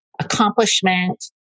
accomplishment